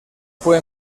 fue